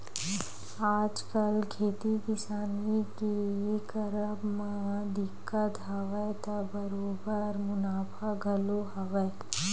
आजकल खेती किसानी के करब म दिक्कत हवय त बरोबर मुनाफा घलो हवय